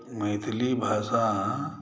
मैथिली भाषा